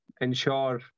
ensure